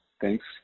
thanks